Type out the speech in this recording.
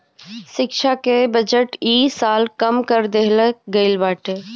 शिक्षा के बजट इ साल कम कर देहल गईल बाटे